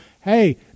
hey